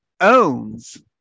owns